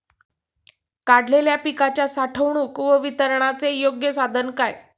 काढलेल्या पिकाच्या साठवणूक व वितरणाचे योग्य साधन काय?